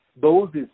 doses